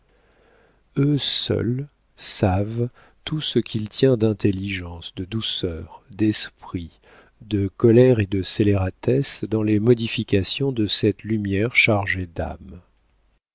eux seuls savent tout ce qu'il tient d'intelligence de douceur d'esprit de colère et de scélératesse dans les modifications de cette lumière chargée d'âme